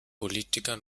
politiker